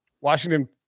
Washington